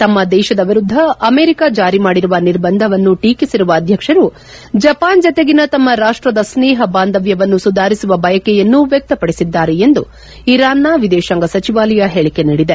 ತಮ್ನ ದೇಶದ ವಿರುದ್ದ ಅಮೆರಿಕ ಜಾರಿ ಮಾಡಿರುವ ನಿರ್ಬಂಧವನ್ನು ಟೀಕಿಸಿರುವ ಅಧ್ಯಕ್ಷರು ಜಪಾನ್ ಜತೆಗಿನ ತಮ್ನ ರಾಷ್ಟದ ಸ್ನೇಹ ಬಾಂಧವ್ಣವನ್ನು ಸುಧಾರಿಸುವ ಬಯಕೆಯನ್ನು ವ್ವಕ್ತಪಡಿಸಿದ್ದಾರೆ ಎಂದು ಇರಾನ್ನ ವಿದೇಶಾಂಗ ಸಚಿವಾಲಯ ಹೇಳಿಕೆ ನೀಡಿದೆ